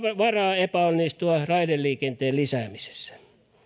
ole varaa epäonnistua raideliikenteen lisäämisessä